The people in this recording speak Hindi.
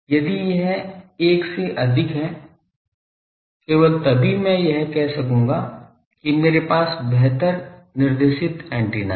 यदि यह 1 से अधिक है केवल तभी मैं यह कह सकूंगा कि मेरे पास बेहतर निर्देशित एंटीना है